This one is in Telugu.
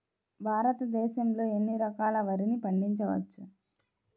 భారతదేశంలో ఎన్ని రకాల వరిని పండించవచ్చు